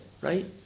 right